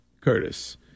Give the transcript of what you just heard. Curtis